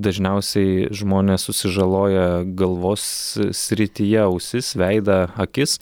dažniausiai žmonės susižaloja galvos srityje ausis veidą akis